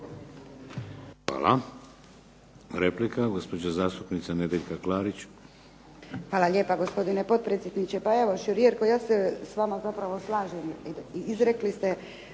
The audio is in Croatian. Hvala. Replika, gospođa zastupnica Nedjeljka Klarić. **Klarić, Nedjeljka (HDZ)** Hvala lijepa gospodine potpredsjedniče. Pa evo šjor Jerko ja se s vama zapravo slažem i izrekli ste